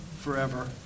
forever